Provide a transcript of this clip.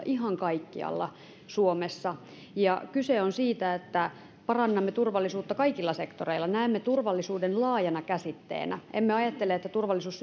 ihan kaikkialla suomessa kyse on siitä että parannamme turvallisuutta kaikilla sektoreilla näemme turvallisuuden laajana käsitteenä emme ajattele että turvallisuus